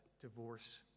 divorce